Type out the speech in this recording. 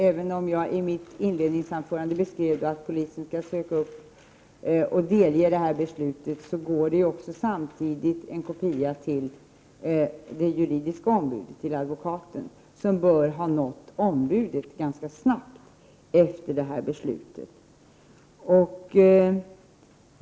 Även om jag i mitt inledningsanförande beskrev att polisen skall söka upp vederbörande och delge beslutet, går det ju samtidigt ut en kopia till det juridiska ombudet, till advokaten, som bör ha nåtts ganska snart efter beslutet.